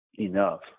enough